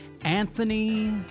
Anthony